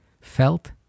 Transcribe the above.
felt